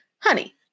honey